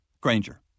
Granger